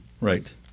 Right